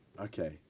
okay